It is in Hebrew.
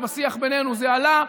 ובשיח בינינו זה עלה.